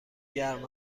گرم